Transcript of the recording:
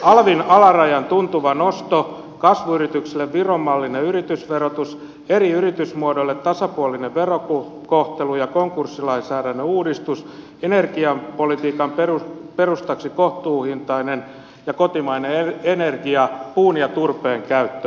alvin alarajan tuntuva nosto kasvuyrityksille viron mallinen yritysverotus eri yritysmuodoille tasapuolinen verokohtelu ja konkurssilainsäädännön uudistus energiapolitiikan perustaksi kohtuuhintainen ja kotimainen energia puun ja turpeen käyttö